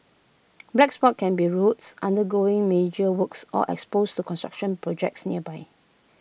black spot can be roads undergoing major works or exposed to construction projects nearby